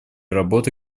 работы